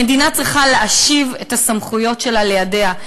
המדינה צריכה להשיב את הסמכויות שלה לידיה.